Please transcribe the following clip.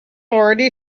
already